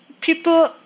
people